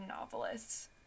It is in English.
novelists